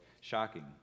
shocking